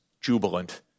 jubilant